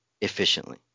efficiently